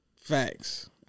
Facts